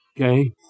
Okay